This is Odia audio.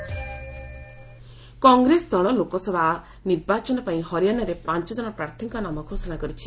କଂଗ୍ରେସ ହରିଆଣା ଲିଷ୍ଟ କଂଗ୍ରେସ ଦଳ ଲୋକସଭା ନିର୍ବାଚନ ପାଇଁ ହରିଆଣାରେ ପାଞ୍ଚ ଜଣ ପ୍ରାର୍ଥୀଙ୍କ ନାମ ଘୋଷଣା କରିଛି